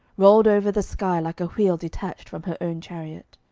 rolled over the sky like a wheel detached from her own chariot.